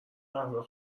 قهوه